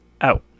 out